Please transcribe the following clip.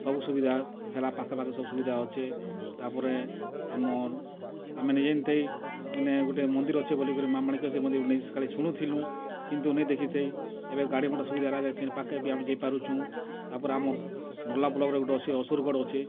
ସବୁ ସୁବିଧା ହେଲା ପାଖେ ପାଖେ ସବୁ ସୁବିଧା ଅଛେ ତା'ର୍ପରେ ଆମର୍ ଆମେ ନେଇ ଜାନିଥାଇ ଇନେ ଗୁଟେ ମନ୍ଦିର୍ ଅଛେ ବୋଲିକରି ମାଆ ମାଣିକେଶ୍ୱରୀ ମନ୍ଦିର୍ ଖାଲି ଶୁନୁଥିଲୁଁ କିନ୍ତୁ ନାଇ ଦେଖିଥାଇ ଏବେ ଗାଡ଼ି ମୋଟର୍ ସୁବିଧା ହେଲାକେ ସେନ ପାଖ୍କେ ବି ଆମେ ଯାଇ ପାରୁଛୁଁ ତା'ର୍ପରେ ଆମର୍ ନର୍ଲା ବ୍ଲକ୍ରେ ଗୁଟେ ଅଛେ ଅସୁର୍ଗଡ଼ ଅଛେ